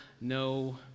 no